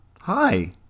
Hi